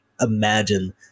Imagine